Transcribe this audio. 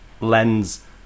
lens